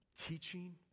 teaching